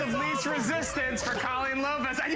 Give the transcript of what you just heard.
least resistance for colleen lopez. i mean